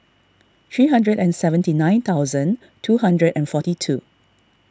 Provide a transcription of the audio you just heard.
three hundred and seventy nine thousand two hundred and forty two